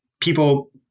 people